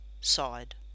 side